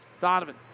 Donovan